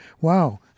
Wow